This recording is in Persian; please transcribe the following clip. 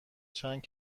چند